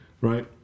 Right